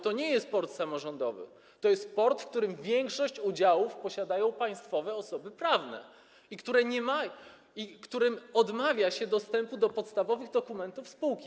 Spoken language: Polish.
To nie jest port samorządowy, to jest port, w którym większość udziałów posiadają państwowe osoby prawne, którym odmawia się dostępu do podstawowych dokumentów spółki.